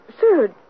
sir